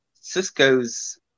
Cisco's